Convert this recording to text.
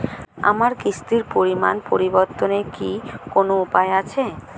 আমার কিস্তির পরিমাণ পরিবর্তনের কি কোনো উপায় আছে?